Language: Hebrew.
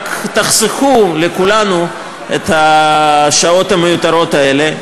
רק תחסכו לכולנו את השעות המיותרות האלה.